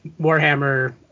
Warhammer